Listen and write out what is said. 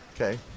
Okay